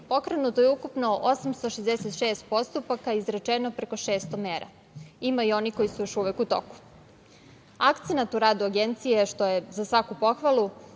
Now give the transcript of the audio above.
pokrenuto je ukupno 866 postupaka, a izrečeno preko 600 mera. Ima i onih koji su još uvek u toku. Akcenat u radu Agencije, što je za svaku pohvalu,